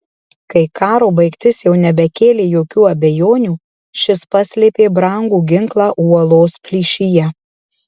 kai karo baigtis jau nebekėlė jokių abejonių šis paslėpė brangų ginklą uolos plyšyje